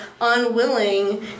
unwilling